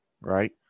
right